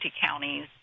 counties